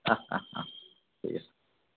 অঁ অঁ অঁ ঠিক আছে